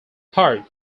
part